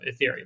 Ethereum